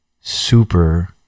super